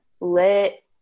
lit